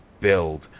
build